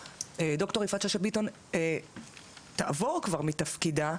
ד"ר יפעת שאשא ביטון תעבור כבר מתפקידה,